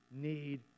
need